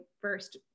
first